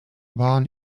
waren